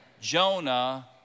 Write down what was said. Jonah